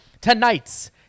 Tonight's